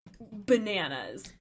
bananas